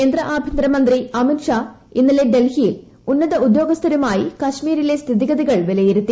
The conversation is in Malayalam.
കേന്ദ്ര ആഭ്യന്തരമന്ത്രി അമിത്ഷാ ഇന്നലെ ഡുൽഹിയിൽ ഉന്നത ഉദ്യോ ഗസ്ഥരുമായി കാശ്മീരിലെ സ്ഥിതിഗതിക്കൽ വിലയിരുത്തി